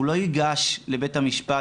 הוא לא ייגש לבית המשפט,